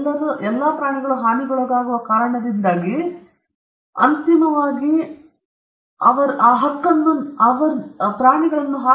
ಎಲ್ಲರೂ ಪ್ರಾಣಿಗಳು ಹಾನಿಗೊಳಗಾಗುವ ಕಾರಣದಿಂದಾಗಿ ಅಂತಿಮವಾಗಿ ಈ ಪ್ರಕ್ರಿಯೆಯಲ್ಲಿ ಅವರು ಹಾನಿಗೊಳಗಾಗುತ್ತಾರೆ